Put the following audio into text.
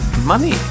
Money